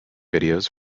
videos